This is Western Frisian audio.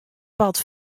part